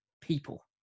people